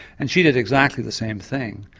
and she did exactly the same thing.